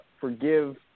forgive